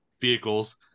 vehicles